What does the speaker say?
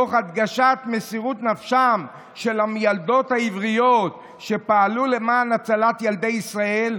תוך הדגשת מסירות נפשן של המיילדות העבריות שפעלו למען הצלת ילדי ישראל,